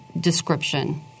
description